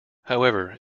however